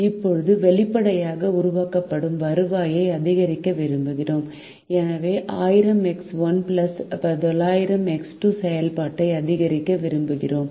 இப்போது வெளிப்படையாக உருவாக்கப்படும் வருவாயை அதிகரிக்க விரும்புகிறோம் எனவே 1000 X1 900 X2 செயல்பாட்டை அதிகரிக்க விரும்புகிறோம்